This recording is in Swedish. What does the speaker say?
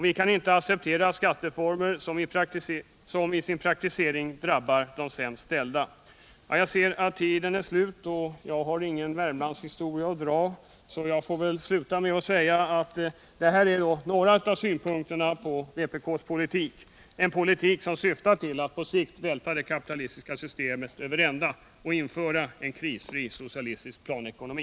Vi kan inte acceptera skatteformer som i sin praktisering drabbar de sämst ställda. Jag ser att tiden är slut, och jag har ingen Värmlandshistoria att dra. Jag får väl sluta med att säga att detta var några punkter i vpk:s politik — en politik som syftar till att på sikt välta det kapitalistiska systemet över ända och införa en krisfri socialistisk planekonomi.